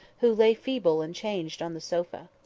who lay feeble and changed on the sofa.